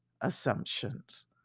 assumptions